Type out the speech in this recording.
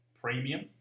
premium